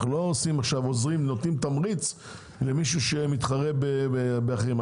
אנחנו לא עכשיו עוזרים ונותנים תמריץ למישהו שמתחברה באחרים.